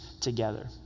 together